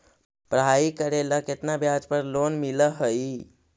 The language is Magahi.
पढाई करेला केतना ब्याज पर लोन मिल हइ?